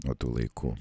nuo tų laikų